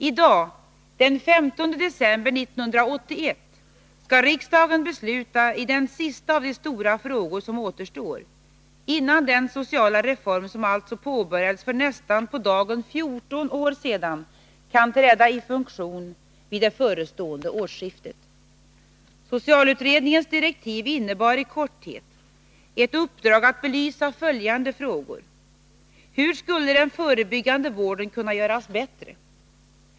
I dag, den 15 december 1981, skall riksdagen besluta i den sista av de stora frågor som återstår, innan den sociala reform som alltså påbörjades för nästan på dagen fjorton år sedan kan träda i funktion vid det förestående årsskiftet. Socialutredningens direktiv innebar i korthet ett uppdrag att belysa följande frågor: Hur skulle den förebyggande vården kunna göras bättre?